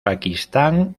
pakistán